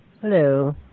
Hello